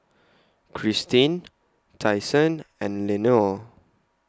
Kristine Tyson and Lenore